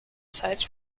sites